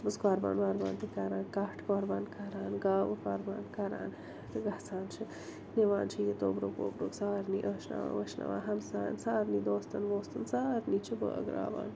اَتھ منٛز قۄربان وۄربان تہِ کران کَٹھ قۄربان کران گاوٕ قۄربان کران تہٕ گژھان چھِ نِوان چھِ یہِ توٚبرُک ووٚبرُک سارنی ٲشناوَن وٲشناوَن ہمسایَن سارنی دوستَن ووستَن سارنی چھِ بٲگراوان